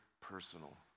personal